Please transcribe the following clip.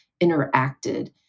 interacted